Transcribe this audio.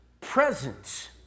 presence